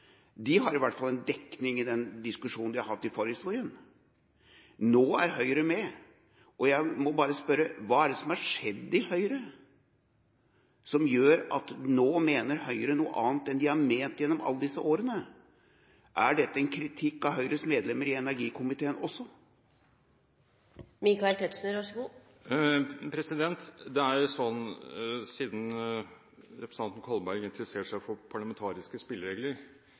de merknadene som Kristelig Folkeparti og Venstre har. De har i hvert fall en dekning i diskusjonen de har hatt i forhistorien. Nå er Høyre med, og jeg må bare spørre: Hva er det som har skjedd i Høyre som gjør at de nå mener noe annet en de har ment gjennom alle disse årene? Er dette en kritikk av Høyres medlemmer i energikomiteen også? Det er slik, siden representanten Kolberg interesserer seg for parlamentariske